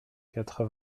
quatre